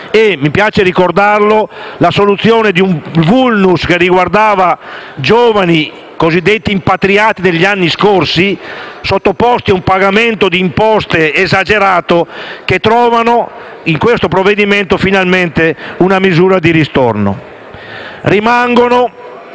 e le famiglie; la soluzione di un *vulnus* che riguardava i giovani cosiddetti impatriati negli anni scorsi, sottoposti a un pagamento di imposte esagerato, che in questo provvedimento trovano finalmente una misura di ristorno.